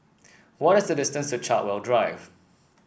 what is the distance to Chartwell Drive